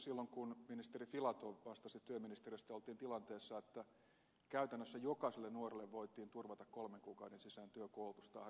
silloin kun ministeri filatov vastasi työministeriöstä oltiin tilanteessa että käytännössä jokaiselle nuorelle voitiin turvata kolmen kuukauden sisään työ koulutus tai harjoittelupaikka